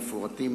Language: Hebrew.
המפורטים